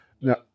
Now